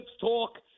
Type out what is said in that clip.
talk